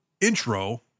intro